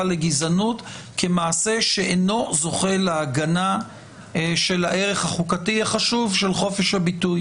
לגזענות כמעשה שאינו זוכה להגנה של הערך החוקתי החשוב של חופש הביטוי,